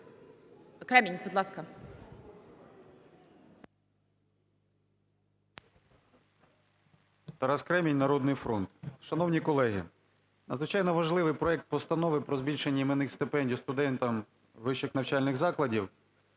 Кремінь, будь ласка.